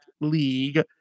league